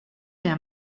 der